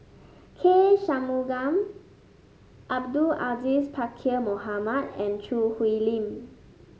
K Shanmugam Abdul Aziz Pakkeer Mohamed and Choo Hwee Lim